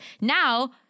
now